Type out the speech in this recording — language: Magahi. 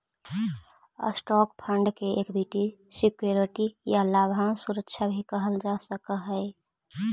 स्टॉक फंड के इक्विटी सिक्योरिटी या लाभांश सुरक्षा भी कहल जा सकऽ हई